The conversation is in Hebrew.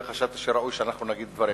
וחשבתי שראוי שאנחנו נגיד את דברנו.